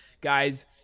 guys